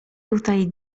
tutaj